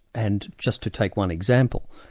and just to take one example,